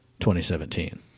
2017